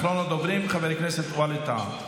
אחרון הדוברים, חבר הכנסת ווליד טאהא.